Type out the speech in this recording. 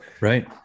Right